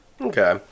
okay